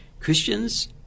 Christians